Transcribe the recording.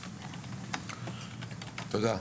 תודה.